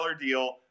deal